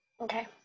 Okay